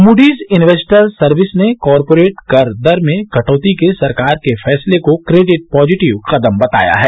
Moody's investors service ने corporate कर दर में कटौती के सरकार के फैसले को क्रेडिट पॉजिटिव कदम बताया है